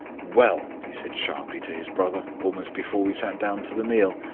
well, he said sharply to his brother almost before we sat down to the meal.